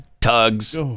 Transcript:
tugs